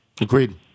Agreed